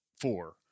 four